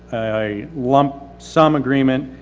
a lump sum agreement,